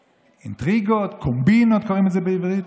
אינטריגות, קומבינות, קוראים לזה בעברית,